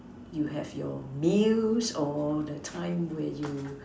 you have your meals or the time where you